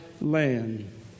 land